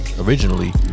originally